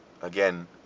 Again